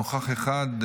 נוכח אחד,